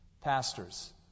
pastors